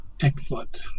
excellent